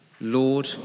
Lord